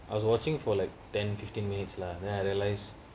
I was watching for like ten fifteen minutes lah then I realise